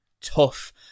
tough